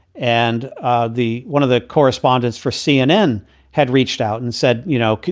and ah the one of the correspondents for cnn had reached out and said, you know,